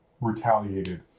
retaliated